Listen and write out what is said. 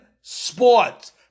Sports